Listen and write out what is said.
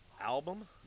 Album